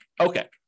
Okay